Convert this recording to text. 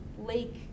lake